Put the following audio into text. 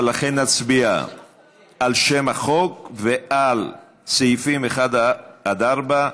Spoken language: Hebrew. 4, לכן נצביע על שם החוק ועל סעיפים 1 4,